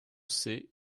see